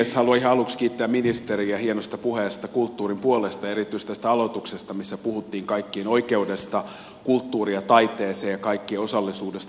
haluan ihan aluksi kiittää ministeriä hienosta puheesta kulttuurin puolesta ja erityisesti tästä aloituksesta missä puhuttiin kaikkien oikeudesta kulttuuriin ja taiteeseen ja kaikkien osallisuudesta valtakunnallisesti